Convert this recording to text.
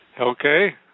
Okay